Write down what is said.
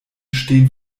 stehen